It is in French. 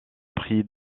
prix